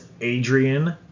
Adrian